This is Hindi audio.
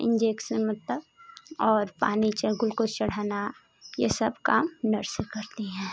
इंजेक्सन मतलब और पानी चाहे ग्लुकोज़ चढ़ाना ये सब काम नर्सें करती हैं